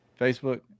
facebook